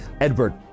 Edward